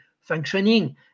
functioning